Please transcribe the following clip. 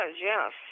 yes